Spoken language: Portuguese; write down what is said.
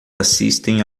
assistem